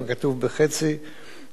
את עלות השימוש מצד האסירים.